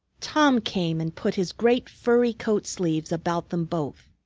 tom came and put his great furry coat-sleeves about them both.